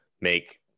make